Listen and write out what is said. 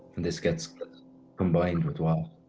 and this gets combined with what?